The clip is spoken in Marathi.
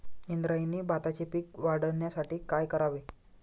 इंद्रायणी भाताचे पीक वाढण्यासाठी काय करावे?